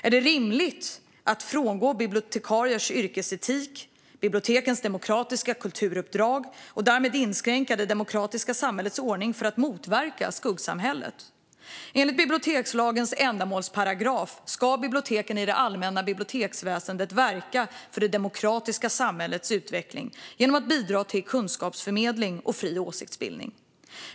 Är det rimligt att frångå bibliotekariers yrkesetik och bibliotekens demokratiska kulturuppdrag och därmed inskränka det demokratiska samhällets ordning för att motverka skuggsamhället? Enligt bibliotekslagens ändamålsparagraf ska biblioteken i det allmänna biblioteksväsendet verka för det demokratiska samhällets utveckling genom att bidra till kunskapsförmedling och fri åsiktsbildning.